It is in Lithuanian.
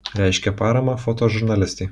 reiškė paramą fotožurnalistei